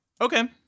Okay